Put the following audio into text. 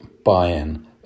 buy-in